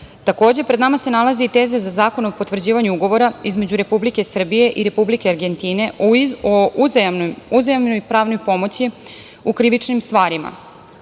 pred nama se nalaze i teze za Zakon o potvrđivanju Ugovora između Republike Srbije i Republike Argentine o uzajamnoj pravnoj pomoći u krivičnim stvarima.